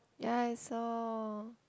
ya I saw